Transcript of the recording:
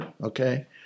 okay